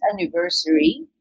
anniversary